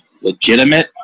legitimate